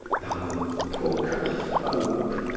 thou book of hope!